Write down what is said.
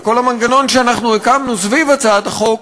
וכל המנגנון שאנחנו הקמנו סביב הצעת החוק,